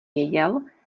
věděl